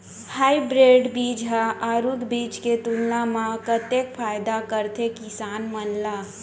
Hybrid बीज हा आरूग बीज के तुलना मा कतेक फायदा कराथे किसान मन ला?